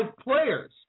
players